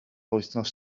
wythnos